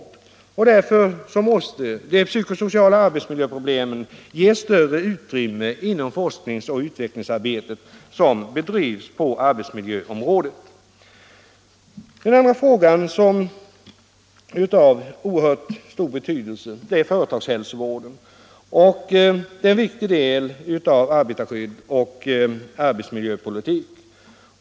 Därför måste de psykosociala arbetsmiljöproblemen ges större utrymme inom det forsknings och utvecklingsarbete som bedrivs på arbetsmiljöområdet. Den andra frågan av stor betydelse är företagshälsovården — en viktig el av arbetarskydd och arbetsmiljöpolitik.